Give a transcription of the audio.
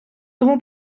тому